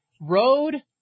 road